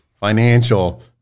financial